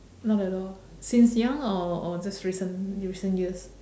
not at all since young or or just recent recent years